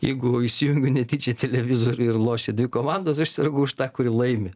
jeigu įsijungiu netyčia televizorių ir lošia dvi komandos aš sergu už tą kuri laimi